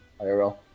IRL